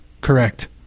correct